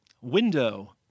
Window